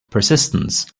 persistence